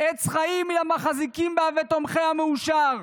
"עץ חיים היא למחזיקים בה ותומכיה מאושר".